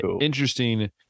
interesting